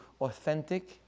authentic